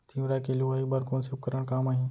तिंवरा के लुआई बर कोन से उपकरण काम आही?